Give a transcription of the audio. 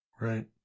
Right